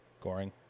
Goring